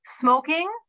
smoking